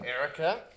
Erica